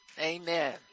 Amen